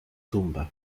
tumba